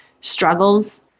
struggles